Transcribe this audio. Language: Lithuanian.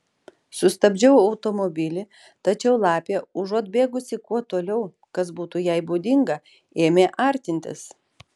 sustabdžiau automobilį tačiau lapė užuot bėgusi kuo toliau kas būtų jai būdinga ėmė artintis